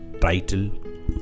title